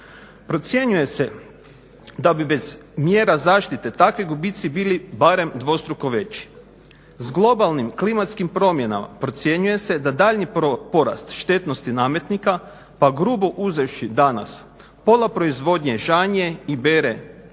Procjenjuje se da bi bez mjera zaštite takvi gubitci bili barem dvostruko veći. S globalnim klimatskim promjenama procjenjuje se da daljnji porast štetnosti nametnika pa grubo uzevši danas pola proizvodnje žanje i bere čovjek,